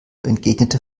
entgegnet